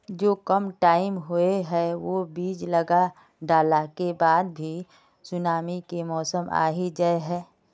जो कम टाइम होये है वो बीज लगा डाला के बाद भी सुनामी के मौसम आ ही जाय है?